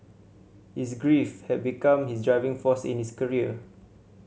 his grief had become his driving force in his career